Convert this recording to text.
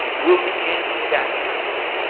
will be anti-vaxxers.